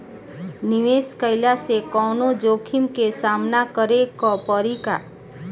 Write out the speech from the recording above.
निवेश कईला से कौनो जोखिम के सामना करे क परि का?